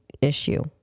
issue